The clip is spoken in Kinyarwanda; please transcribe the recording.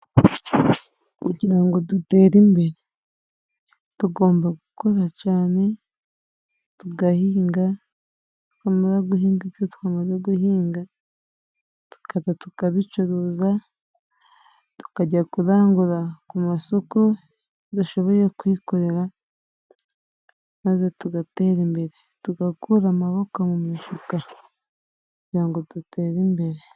Kugira ngo dutere imbere tugomba gukora cyane tugahinga. Twamara guhinga ibyo twamaze guhinga, tukaza tukabicuruza tukajya kurangura ku masoko. Tudashoboye kwikorera maze tugatera imbere, tugakura amaboko mu mifuka, kugira ngo dutere imbere.